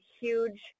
huge